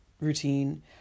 routine